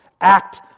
act